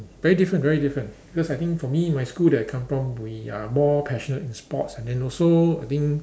very different very different because I think for me my school that I come from we are more passionate in sports and then also I think